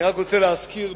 אני רק רוצה להזכיר: